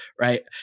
right